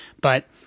but-